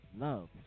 love